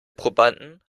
probanden